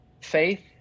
Faith